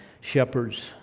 shepherds